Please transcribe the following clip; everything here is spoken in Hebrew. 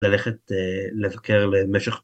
ללכת לבקר למשך.